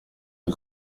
del